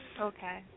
Okay